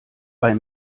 bei